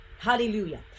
hallelujah